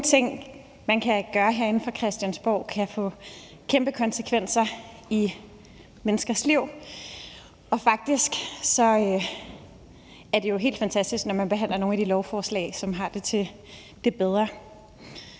Nogle ting, man kan gøre herinde fra Christiansborg, kan få kæmpe konsekvenser i menneskers liv, og faktisk er det jo helt fantastisk, når man behandler nogle af de lovforslag, som gør det til det bedre.